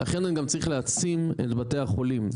ולכן אני צריך להעצים את בתי החולים,